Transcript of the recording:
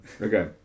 Okay